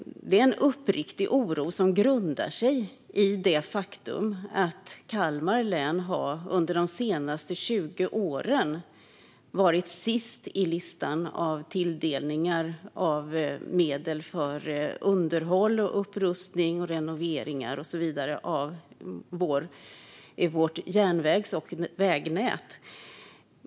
Det är en uppriktig oro som grundar sig i det faktum att Kalmar län under de senaste 20 åren har varit sist på listan över tilldelningar av medel för underhåll, upprustning och renovering och så vidare av järnvägs och vägnätet.